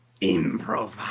Improvise